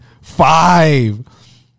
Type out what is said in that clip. Five